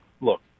look